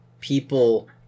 people